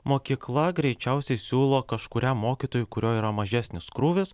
mokykla greičiausiai siūlo kažkuriam mokytojui kurio yra mažesnis krūvis